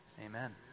Amen